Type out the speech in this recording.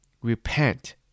Repent